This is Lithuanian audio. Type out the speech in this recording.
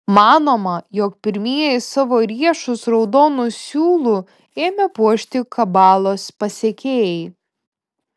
manoma jog pirmieji savo riešus raudonu siūlu ėmė puošti kabalos pasekėjai